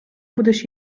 будеш